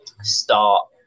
start